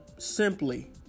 Simply